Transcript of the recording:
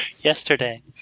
Yesterday